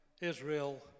Israel